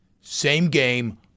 same-game